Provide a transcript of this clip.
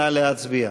נא להצביע.